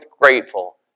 grateful